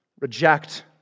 reject